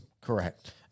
Correct